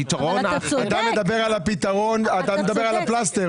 היושב-ראש, זה התחיל כשאלה שלך, כבוד היושב-ראש.